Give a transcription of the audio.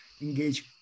engage